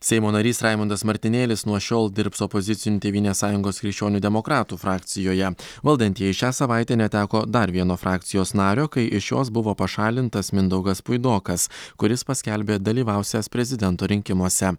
seimo narys raimundas martinėlis nuo šiol dirbs opozicinių tėvynės sąjungos krikščionių demokratų frakcijoje valdantieji šią savaitę neteko dar vieno frakcijos nario kai iš jos buvo pašalintas mindaugas puidokas kuris paskelbė dalyvausiąs prezidento rinkimuose